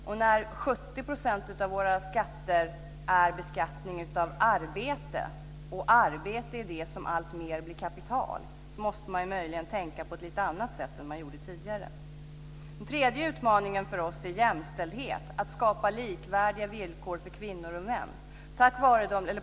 Och när 70 % av våra skatter är beskattning av arbete och arbete är det som alltmer blir kapital så måste man möjligen tänka på ett lite annorlunda sätt än man gjorde tidigare. Den tredje utmaningen för oss är jämställdhet, att skapa likvärdiga villkor för kvinnor och män.